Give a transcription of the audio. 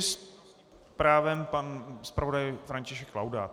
S právem pan zpravodaj František Laudát.